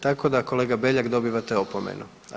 Tako da kolega Beljak dobivate opomenu.